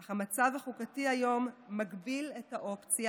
אך המצב החוקתי היום מגביל את האופציות